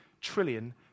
trillion